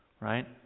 right